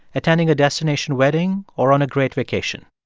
attending a destination wedding or on a great vacation.